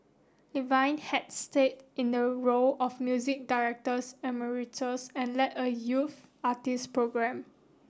Levine had stayed in a role of music directors emeritus and led a youth artist program